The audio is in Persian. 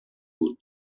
بود